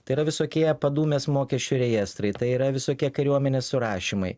tai yra visokie padūmės mokesčių rejestrai tai yra visokie kariuomenės surašymai